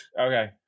Okay